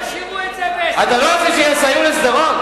תשאירו את זה, אתה לא רוצה שיסייעו לשדרות?